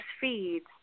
feeds